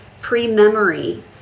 pre-memory